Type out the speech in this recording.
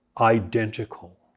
identical